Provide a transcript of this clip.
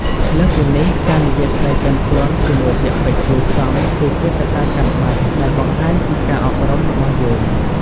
លើសពីនេះ ការនិយាយស្តីទន់ភ្លន់ ជាមួយពាក្យពេចន៍គួរសម គឺជាកត្តាចាំបាច់ដែលបង្ហាញពីការអប់រំរបស់យើង។